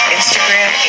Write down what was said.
Instagram